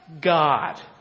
God